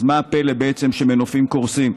אז מה הפלא בעצם שמנופים קורסים?